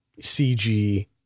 CG